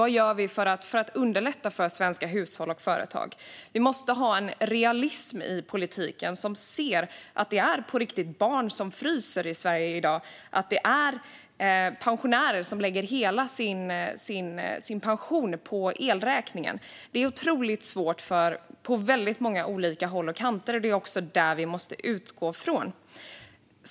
Vad gör vi för att för att underlätta för svenska hushåll och företag? Vi måste ha en realism i politiken som ser att det på riktigt är barn som fryser i Sverige i dag och att det är pensionärer som lägger hela sin pension på elräkningen. Det är otroligt svårt på väldigt många håll. Detta måste vi utgå ifrån.